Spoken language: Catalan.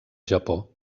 japó